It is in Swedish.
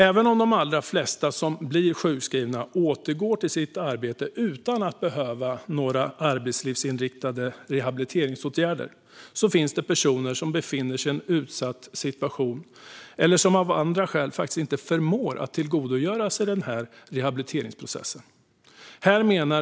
Även om de allra flesta som blir sjukskrivna återgår till sitt arbete utan att behöva några arbetslivsinriktade rehabiliteringsåtgärder finns det personer som befinner sig i en utsatt situation eller som av andra skäl faktiskt inte förmår att tillgodogöra sig denna rehabiliteringsprocess.